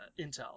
Intel